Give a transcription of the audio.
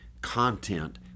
content